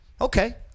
Okay